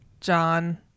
John